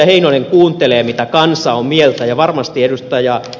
heinonen kuuntelee mitä kansa on mieltä ja varmasti ed